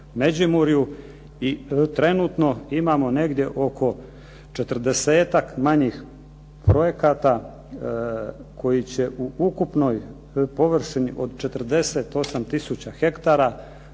i trenutno imamo negdje oko 40-tak manjih projekata koji će u ukupnoj površini od 48 tisuća hektara,